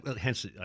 Hence